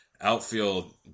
Outfield